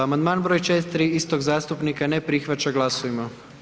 Amandman br. 4 istog zastupnika, ne prihvaća, glasujmo.